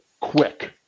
quick